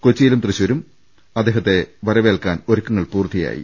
കൊച്ചിയിലും തൃശൂരും അദ്ദേഹത്തെ വരവേൽക്കാൻ ഒരുക്കങ്ങൾ പൂർത്തിയായി